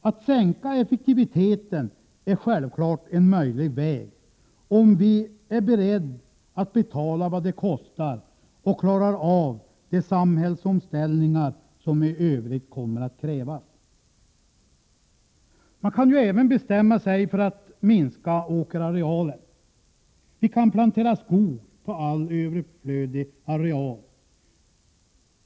Det är självfallet en möjlig väg att sänka effektiviteten om vi är beredda betala vad det kostar och klarar av de samhällsomställningar som i övrigt kommer att krävas. Man kan även bestämma sig för att minska åkerarealen. Vi kan plantera skog på all överflödig areal.